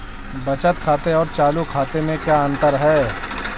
बचत खाते और चालू खाते में क्या अंतर है?